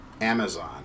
Amazon